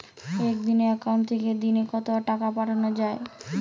একটি একাউন্ট থেকে দিনে কতবার টাকা পাঠানো য়ায়?